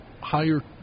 higher